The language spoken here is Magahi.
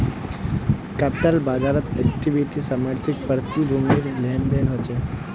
कैप्टल बाज़ारत इक्विटी समर्थित प्रतिभूतिर भी लेन देन ह छे